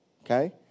Okay